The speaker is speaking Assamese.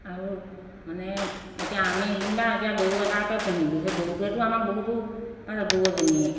আৰু মানে এতিয়া আমি যেনিবা এতিয়া গৰু এটাকে পুহিলোঁ সেই গৰুটোৱেতো আমাক বহুতো গৰুজনীয়ে